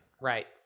Right